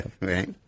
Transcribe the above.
right